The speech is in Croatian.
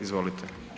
Izvolite.